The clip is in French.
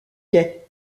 quais